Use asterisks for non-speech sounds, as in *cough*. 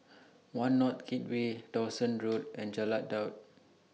*noise* one North Gateway Dawson Road *noise* and Jalan Daud